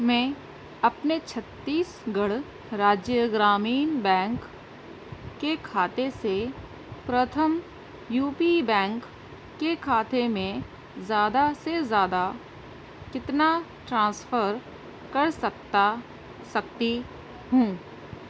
میں اپنے Chhattisgarh Rajya Gramin bank کے کھاتے سے پرتھم یو پی بینک کے کھاتے میں زیادہ سے زیادہ کتنا ٹرانسفر کرسکتا سکتی ہوں